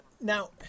now